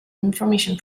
information